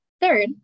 Third